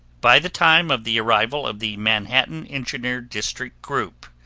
by the time of the arrival of the manhattan engineer district group,